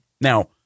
Now